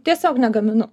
tiesiog negaminu